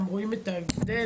גם רואים את ההבדל,